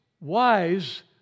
wise